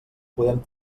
podem